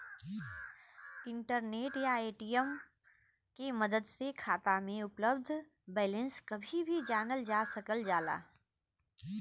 internet या ATM के मदद से खाता में उपलब्ध बैलेंस कभी भी जानल जा सकल जाला